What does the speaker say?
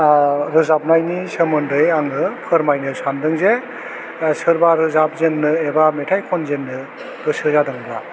आह रोजाबनायनि सोमोन्दै आङो फोरमायनो सानदों जे ओह सोरबा रोजाब जेननो एबा मेथाइ खनजेननो गोसो जादोंब्ला